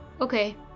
Okay